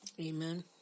Amen